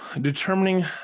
determining